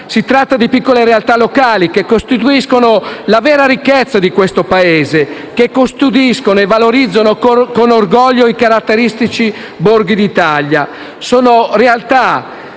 Si tratta di piccole realtà locali, che costituiscono la vera ricchezza di questo Paese, che custodiscono e valorizzano con orgoglio i caratteristici borghi d'Italia. Sono realtà